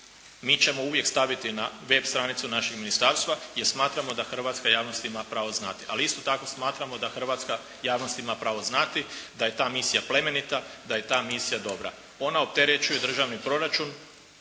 mi ćemo uvijek staviti na web stranicu našeg ministarstva, jer smatramo da hrvatska javnost ima pravo znati. Ali isto tako smatramo da hrvatska javnost ima pravo znati da je ta misija plemenita, da je ta misija dobra. Ona opterećuje državni proračun